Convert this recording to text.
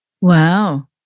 Wow